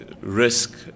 risk